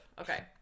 Okay